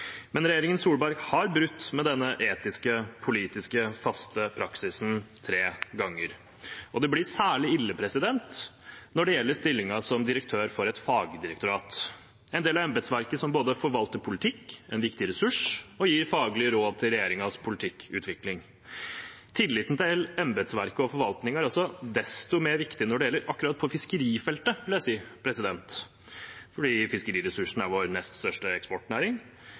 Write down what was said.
Regjeringen Solberg har brutt med denne etiske og politiske faste praksisen tre ganger. Det blir særlig ille når det gjelder stillingen som direktør for et fagdirektorat – en del av embetsverket som både forvalter politikk, er en viktig ressurs og gir faglige råd til regjeringens politikkutvikling. Jeg vil si at tilliten til embetsverket og forvaltningen også er desto mer viktig når det gjelder akkurat fiskerifeltet – fordi fiskeriressursene er vår nest største eksportnæring,